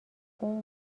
اون